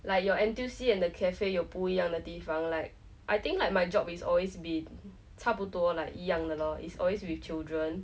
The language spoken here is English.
like your N_T_U_C and the cafe 有不一样的地方 like I think like my job is always been 差不多 like 一样的 loh it's always with children